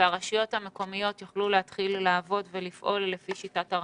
והרשויות המקומיות יוכלו להתחיל לעבוד ולפעול לפי שיטת הרמזור.